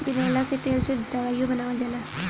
बिनौला के तेल से दवाईओ बनावल जाला